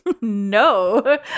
No